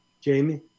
Jamie